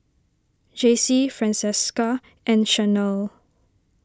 Jacey Francesca and Shanelle